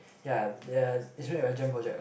ya it it's made by Jam Project what